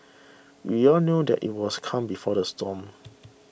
we all knew that it was calm before the storm